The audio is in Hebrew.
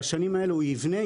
בשנים האלה הוא יבנה,